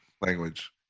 language